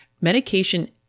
Medication